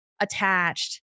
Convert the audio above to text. attached